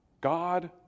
God